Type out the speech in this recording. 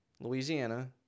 Louisiana